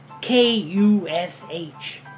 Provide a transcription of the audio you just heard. K-U-S-H